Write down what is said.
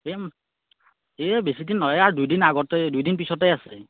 এ এই বেছিদিন নহয় আ দুদিন আগতে দুই দিন পিছতে আছে